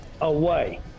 away